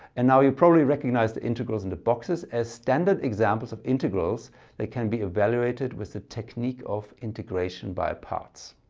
and now you probably recognize the integrals in the boxes as standard examples of integrals that can be evaluated with the technique of integration by parts.